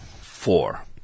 Four